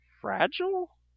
fragile